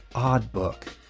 ah book.